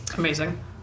amazing